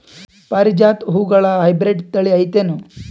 ಪಾರಿಜಾತ ಹೂವುಗಳ ಹೈಬ್ರಿಡ್ ಥಳಿ ಐತೇನು?